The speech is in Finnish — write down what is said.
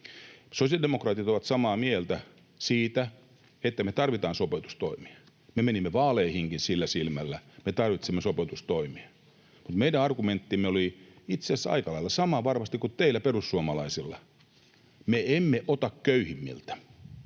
Sosiaalidemokraatit ovat samaa mieltä siitä, että me tarvitaan sopeutustoimia. Me menimme vaaleihinkin sillä silmällä, että me tarvitsemme sopeutustoimia, mutta meidän argumenttimme oli itse asiassa aika lailla sama varmasti kuin teillä perussuomalaisilla: me emme ota köyhimmiltä.